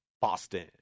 Boston